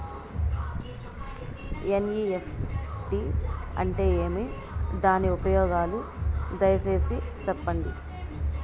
NEFT అంటే ఏమి? దాని ఉపయోగాలు దయసేసి సెప్పండి?